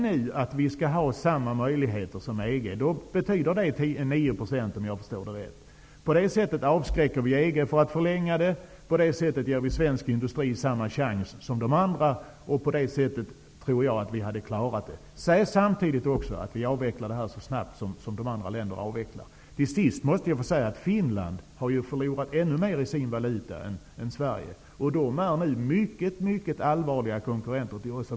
Om vi skall ha samma möjligheter som EG betyder det såvitt jag förstår en subventionering med 9 %. På det sättet avskräcker vi EG från att förlänga sin subventionering och ger svensk industri samma chans som andra länders industrier. Jag tror att vi på det sättet skulle klara situationen. Vi skall samtidigt uttala att vi skall avveckla detta lika snabbt som andra länder avvecklar sina subventioner. Jag vill till sist säga att Finland har förlorat ännu mer valutamässigt än Sverige, och finnarna är nu mycket allvarliga konkurrenter till oss.